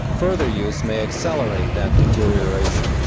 further use may accelerate that deterioration.